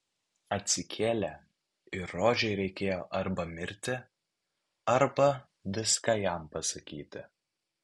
atsikėlė ir rožei reikėjo arba mirti arba viską jam pasakyti